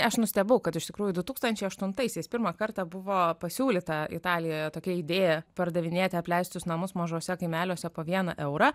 aš nustebau kad iš tikrųjų du tūkstančiai aštuntaisiais pirmą kartą buvo pasiūlyta italijoje tokia idėja pardavinėti apleistus namus mažuose kaimeliuose po vieną eurą